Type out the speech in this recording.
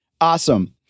Awesome